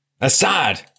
Assad